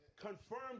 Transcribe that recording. Confirmed